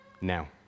now